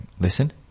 Listen